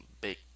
big